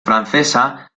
francesa